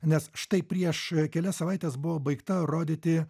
nes štai prieš kelias savaites buvo baigta rodyti